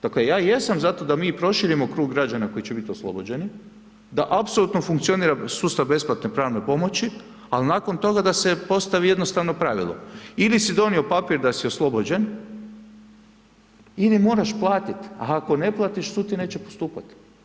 Dakle ja jesam za to da mi proširimo krug građana koji će biti oslobođeni, da apsolutno funkcionira sustav besplatne pravne pomoći ali nakon toga da se postavi jednostavno pravilo ili si donio papir da si oslobođen ili moraš platiti a ako ne platiš sud ti neće postupati.